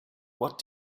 what